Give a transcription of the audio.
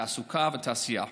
תעסוקה ותעשייה.